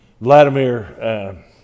Vladimir